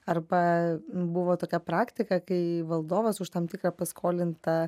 arba buvo tokia praktika kai valdovas už tam tikrą paskolintą